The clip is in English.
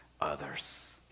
others